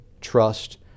Trust